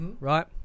Right